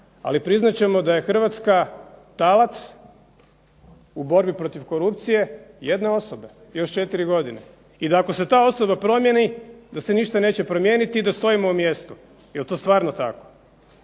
Ali priznat ćemo da je Hrvatska talac u borbi protiv korupcije jedne osobe još 4 godine. I da ako se ta osoba promijeni da se ništa neće promijeniti i da stojimo u mjestu. Jel to stvarno tako?